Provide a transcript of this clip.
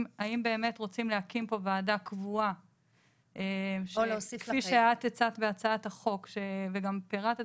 באמת רוצים להקים פה ועדה קבועה כפי שאת הצעת בהצעת החוק וגם פירטת